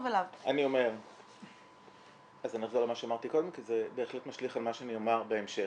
אני אחזור למה שאמרתי קודם כי זה בהחלט משליך על מה שאני אומר בהמשך.